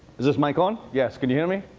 is this mic on? yes? can you hear me?